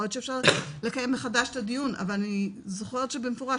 יכול להיות שאפשר לקיים מחדש את הדיון אבל אני זוכרת במפורש,